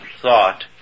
thought